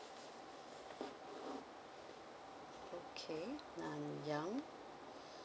okay nanyang